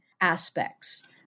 aspects